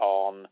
on